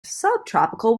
subtropical